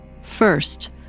First